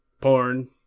porn